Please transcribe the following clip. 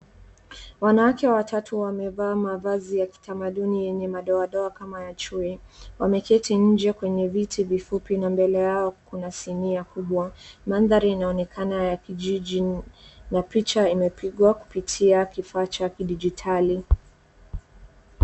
Wanawake watatu wamevaa mavazi ya kitamaduni yenye madoadoa kama ya chui. Wameketi nje kwenye viti vifupi na mbele yao kuna sinia kubwa. Mandhari inaonekana ya kijiji na picha imepigwa kupitia kifaa cha kidijitali.